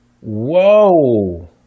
whoa